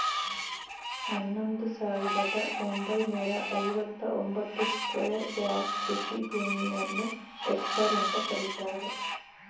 ಹನ್ನೊಂದು ಸಾವಿರದ ಒಂಬೈನೂರ ಐವತ್ತ ಒಂಬತ್ತು ಸ್ಕ್ವೇರ್ ಯಾರ್ಡ್ ಕೃಷಿ ಭೂಮಿಯನ್ನು ಹೆಕ್ಟೇರ್ ಅಂತ ಕರೀತಾರೆ